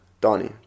Donnie